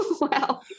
Wow